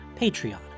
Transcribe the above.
Patreon